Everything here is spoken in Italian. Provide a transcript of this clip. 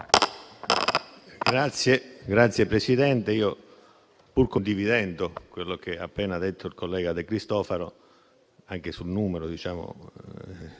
Signor, Presidente, pur condividendo quello che ha appena detto il collega De Cristofaro, anche sul numero delle